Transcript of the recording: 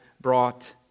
Brought